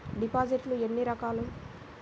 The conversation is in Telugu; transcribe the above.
డిపాజిట్లు ఎన్ని రకాలు?